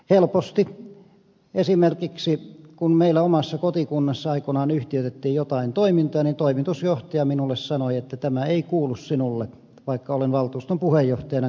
helposti esimerkiksi kun meillä omassa kotikunnassani aikoinaan yhtiöitettiin joitain toimintoja toimitusjohtaja minulle sanoi että tämä ei kuulu sinulle vaikka olen valtuuston puheenjohtajana kysymyksen esittänyt